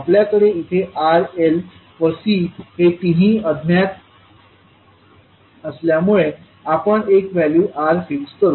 आपल्याकडे येथे R L व C हे तिन्ही अज्ञात असल्यामुळे आपण एक व्हॅल्यू R फिक्स करू